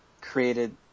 created